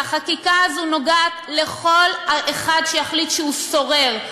והחקיקה הזאת נוגעת בכל אחד שיחליט שהוא סורר,